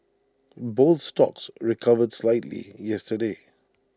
both stocks recovered slightly yesterday